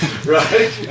right